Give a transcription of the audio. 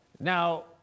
Now